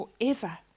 forever